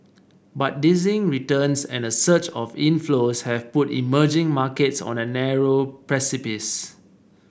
but dizzying returns and a surge of inflows have put emerging markets on a narrow precipice